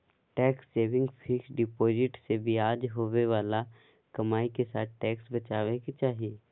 tax saving fixed deposit से ब्याज से होवे बाला कमाई के साथ टैक्स बचाबे के चाही